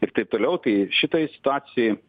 ir taip toliau tai šitoj situacijoj